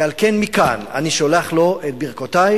ועל כן מכאן אני שולח לו את ברכותי.